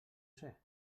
ser